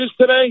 today